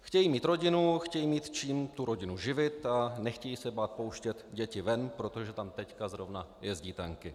Chtějí mít rodinu, chtějí mít, čím tu rodinu živit, a nechtějí se bát pouštět děti ven, protože tam teď zrovna jezdí tanky.